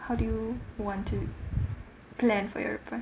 how do you want to plan for your retire